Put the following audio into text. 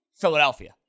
Philadelphia